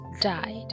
died